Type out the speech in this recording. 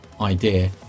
idea